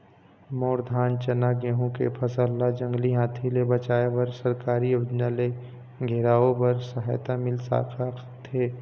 मोर धान चना गेहूं के फसल ला जंगली हाथी ले बचाए बर सरकारी योजना ले घेराओ बर सहायता मिल सका थे?